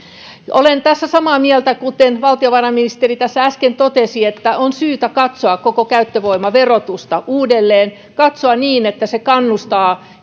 olen tässä samaa mieltä kuin mitä valtiovarainministeri tässä äsken totesi että on syytä katsoa koko käyttövoimaverotusta uudelleen katsoa niin että se kannustaa